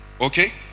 okay